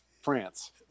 france